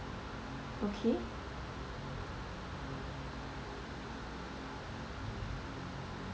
okay